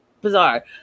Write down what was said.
Bizarre